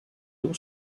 eaux